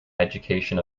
education